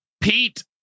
Pete